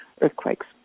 earthquakes